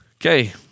Okay